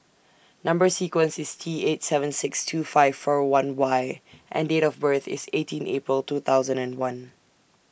Number sequence IS T eight seven six two five four one Y and Date of birth IS eighteen April two thousand and one